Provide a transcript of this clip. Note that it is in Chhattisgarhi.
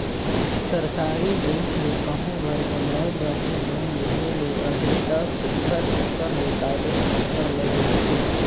सरकारी बेंक ले कहों घर बनाए बर ही लोन लेहे ले अहे ता सुग्घर ओकर ले कागज पाथर ल देखही